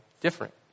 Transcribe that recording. different